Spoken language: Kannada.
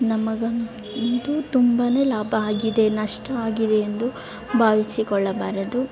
ನಮಗೆ ಅಂತೂ ತುಂಬನೇ ಲಾಭ ಆಗಿದೆ ನಷ್ಟ ಆಗಿದೆ ಎಂದು ಭಾವಿಸಿಕೊಳ್ಳಬಾರದು